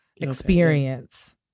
experience